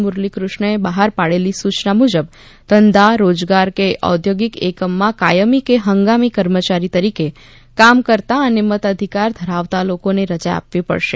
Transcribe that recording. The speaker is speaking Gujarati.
મુરલી કૃષ્ણએ બહાર પાડેલી સૂચના મુજબ ધંધા રોજગાર કે ઔધ્યોગિક એકમોમાં કાયમી કે હંગામી કર્મચારી તરીકે કામ કરતાં અને મતાધિકાર ધરાવતા લોકોને રજા આપવી પડશે